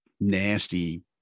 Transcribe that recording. nasty